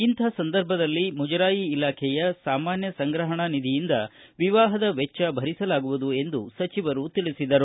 ಇಂಥ ಸಂದರ್ಭದಲ್ಲಿ ಮುಜರಾಯಿ ಇಲಾಖೆಯ ಸಾಮಾನ್ಯ ಸಂಗ್ರಹಣ ನಿಧಿಯಿಂದ ವಿವಾಹದ ವೆಚ್ಚ ಭರಿಸಲಾಗುವುದು ಎಂದು ಸಚಿವರು ತಿಳಿಸಿದರು